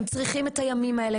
הם צריכים את הימים האלה,